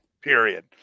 Period